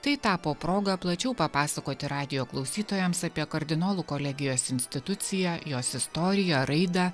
tai tapo proga plačiau papasakoti radijo klausytojams apie kardinolų kolegijos instituciją jos istoriją raidą